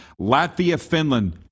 Latvia-Finland